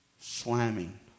slamming